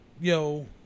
Yo